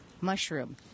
mushroom